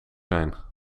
zijn